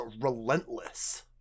Relentless